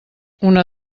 una